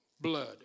blood